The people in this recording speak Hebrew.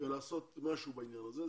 ולעשות משהו בעניין הזה.